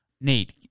Nate